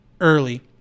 early